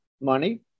money